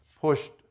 pushed